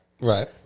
Right